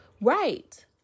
right